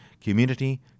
community